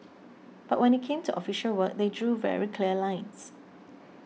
but when it came to official work they drew very clear lines